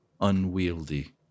unwieldy